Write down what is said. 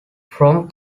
from